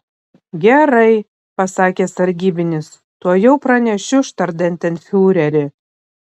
gerai pasakė sargybinis tuojau pranešiu štandartenfiureri